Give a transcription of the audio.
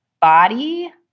body